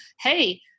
hey